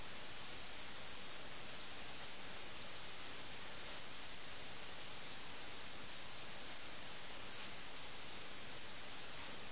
അതിനാൽ പ്രമേയങ്ങളിൽ ഒന്ന് ഈ നിർദ്ദിഷ്ട കഥയിൽ നിങ്ങൾ ഒരു പ്രമേയത്തിൽ എത്താൻ ആഗ്രഹിക്കുന്നുണ്ടെങ്കിൽ അത് ഇതാണ്